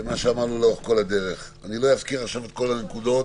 אני לא אזכיר עכשיו את כל הנקודות,